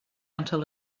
until